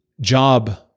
job